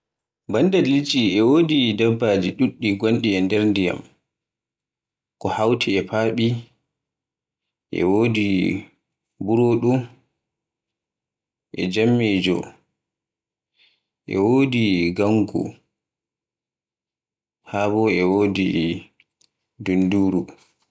E leydi Israel be nyama ko wiyeete Pizza ko shawarma un defirde e chondi fulaawa ko alkamaari sai albasare e tumatur e salak e nebban bama, un moyta sai un defa e oven, to ɓendi sai un fuɗɗa soruki ko nyamki.